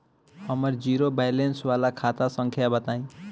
हमर zero balance वाला खाता संख्या बताई?